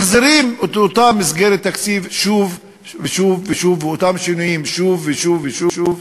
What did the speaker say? מחזירים את אותה מסגרת תקציב שוב ושוב ואותם שינויים שוב ושוב ושוב,